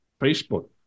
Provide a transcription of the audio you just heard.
Facebook